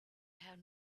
have